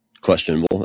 questionable